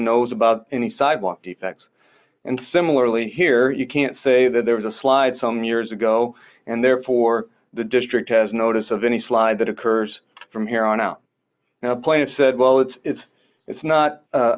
knows about any sidewalk effects and similarly here you can't say that there was a slide some years ago and therefore the district has notice of any slide that occurs from here on out now plaintiff said well it's it's it's not